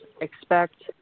expect